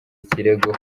ikirego